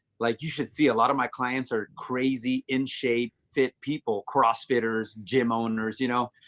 like you should see, a lot of my clients are crazy, in shape, fit people, crossfitters, gym owners you know.